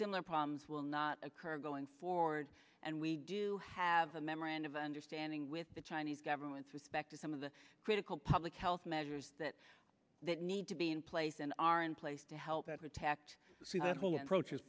similar problems will not occur going forward and we do have a memorandum of understanding with the chinese government's respect to some of the critical public health measures that that need to be in place and are in place to help that protect